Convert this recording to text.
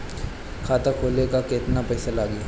खाता खोले ला केतना पइसा लागी?